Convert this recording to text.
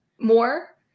more